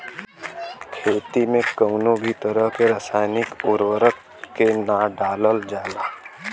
खेती में कउनो भी तरह के रासायनिक उर्वरक के ना डालल जाला